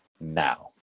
now